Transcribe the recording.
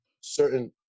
certain